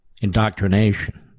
indoctrination